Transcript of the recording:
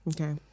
Okay